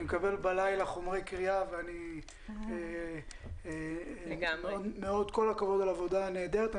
אני מקבל בלילה חומרי קריאה כל הכבוד על העבודה הנהדרת.